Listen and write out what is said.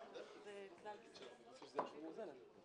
אנחנו מאוד רוצים שכן יהיה לנו סגן נוסף.